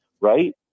Right